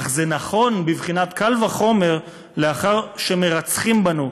אך זה נכון בבחינת קל וחומר לאחר שמרצחים בנו.